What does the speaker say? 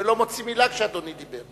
ולא מוציא מלה כשאדוני דיבר.